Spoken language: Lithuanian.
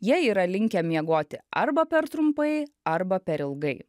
jie yra linkę miegoti arba per trumpai arba per ilgai